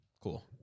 Cool